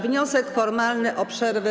Wniosek formalny o przerwę.